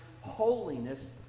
holiness